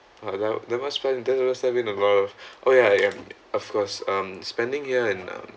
uh that that must about oh ya I'm of course um spending here and um